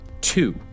two